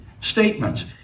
statements